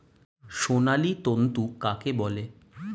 সোনালী তন্তু কাকে বলে?